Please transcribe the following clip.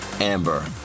amber